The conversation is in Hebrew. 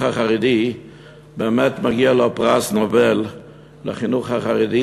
החרדי באמת מגיע לו פרס נובל לחינוך החרדי,